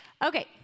Okay